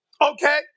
Okay